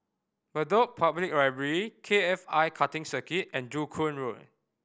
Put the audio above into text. Bedok Public Library K F I Karting Circuit and Joo Koon Road